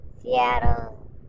Seattle